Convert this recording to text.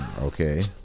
Okay